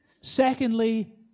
Secondly